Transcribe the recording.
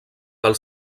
pel